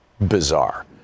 bizarre